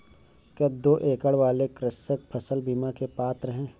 क्या दो एकड़ वाले कृषक फसल बीमा के पात्र हैं?